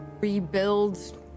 rebuild